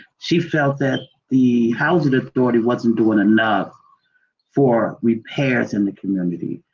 she felt that the housing authority wasn't doing enough for repairs in the community.